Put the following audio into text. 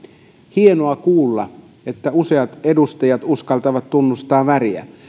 hienoa kuulla että useat edustajat uskaltavat tunnustaa väriä